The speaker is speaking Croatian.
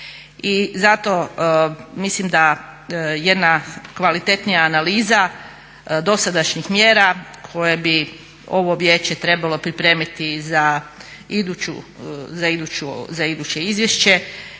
I zato mislim da jedna kvalitetnija analiza dosadašnjih mjera koje bi ovo vijeće trebalo pripremiti za iduće izvješće